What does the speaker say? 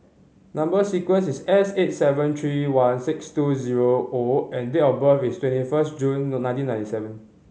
number sequence is S eight seven three one six two zero O and date of birth is twenty first June nineteen ninety seven